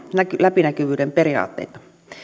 läpinäkyvyyden periaatteita